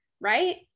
Right